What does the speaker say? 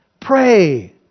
pray